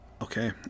Okay